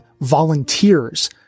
volunteers